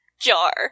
jar